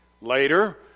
Later